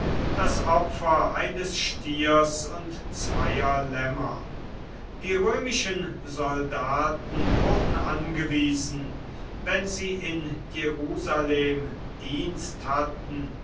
das opfer eines stiers und zweier lämmer die römischen soldaten wurden angewiesen wenn sie in jerusalem dienst hatten